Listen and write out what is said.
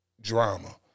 drama